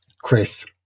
Chris